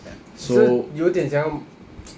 so 有点像要